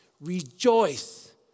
Rejoice